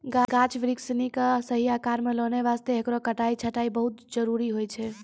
गाछ बिरिछ सिनि कॅ सही आकार मॅ लानै वास्तॅ हेकरो कटाई छंटाई बहुत जरूरी होय छै